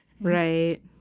right